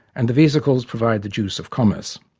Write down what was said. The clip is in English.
and the vesicles provide the juice of commerce.